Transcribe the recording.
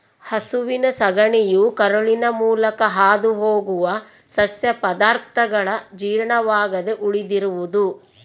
ಹಸುವಿನ ಸಗಣಿಯು ಕರುಳಿನ ಮೂಲಕ ಹಾದುಹೋಗುವ ಸಸ್ಯ ಪದಾರ್ಥಗಳ ಜೀರ್ಣವಾಗದೆ ಉಳಿದಿರುವುದು